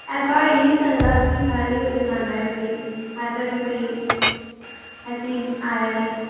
ऐसा होई नी सकदा कि साढ़े कोई दकाना कोई अजें धोड़ी कोई ऐसा आया नी